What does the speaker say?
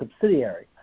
subsidiary